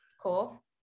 cool